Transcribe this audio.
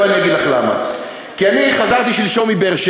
בואי אני אגיד לך למה: כי אני חזרתי שלשום מבאר-שבע.